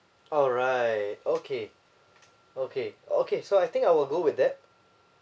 alright okay okay okay so I think I will go with that